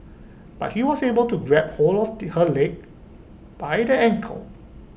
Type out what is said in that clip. but he was able to grab hold of he her leg by the ankle